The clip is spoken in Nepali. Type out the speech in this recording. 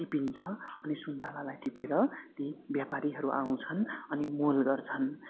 टिपिन्छ अनि सुन्तलालाई टिपेर ती व्यापारीहरू आउँछन् अनि मोल गर्छन्